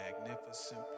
Magnificent